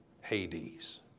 Hades